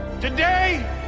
Today